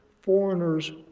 Foreigners